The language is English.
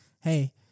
Hey